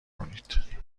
کنید